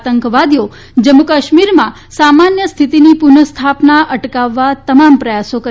આતંકવાદીઓ જમ્મુ કાશ્મીરમાં સામાન્ય સ્થિતિની પુનઃસ્થાપના અટકાવવા તમામ પ્રયાસો કરી રહ્યા છે